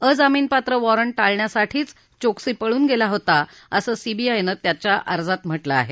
अजामीनपात्र वॉरंट टाळण्यासाठीच चोक्सी पळून गेला होता असं सीबीआयनं त्यांच्या अर्जात म्हटलं आहे